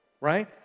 right